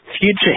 future